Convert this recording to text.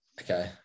okay